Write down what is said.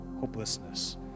hopelessness